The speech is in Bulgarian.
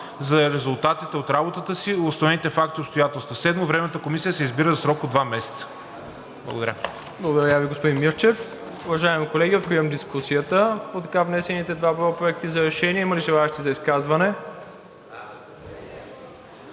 за резултатите от работата си, установените факти и обстоятелства. 7. Временната комисия се избира за срок от 2 месеца.“ Благодаря.